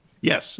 Yes